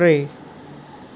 टे